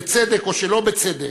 בצדק או שלא בצדק,